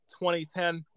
2010